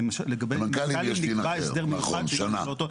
למנכ"לים יש דין אחר, נכון, שנה.